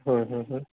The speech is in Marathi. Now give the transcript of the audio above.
हां हां हां